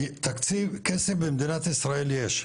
כי תקציב כסף במדינת ישראל יש,